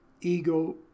Ego